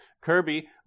Kirby